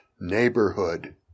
Neighborhood